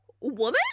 woman